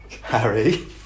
Harry